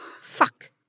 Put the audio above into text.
fuck